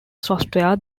software